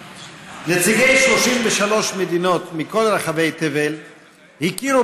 נציגי 33 מדינות מכל רחבי תבל הכירו